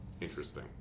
interesting